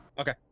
okay